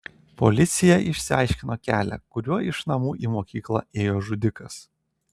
policija išsiaiškino kelią kuriuo iš namų į mokyklą ėjo žudikas